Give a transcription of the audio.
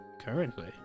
Currently